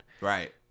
Right